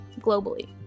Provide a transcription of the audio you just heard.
globally